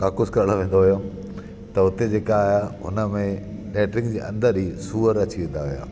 काकुस करणु वेंदो हुउमि त हुते जेका हुन में लैट्रिन जे अंदरु ई सुअर अची वेंदा हुआ